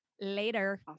later